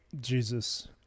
Jesus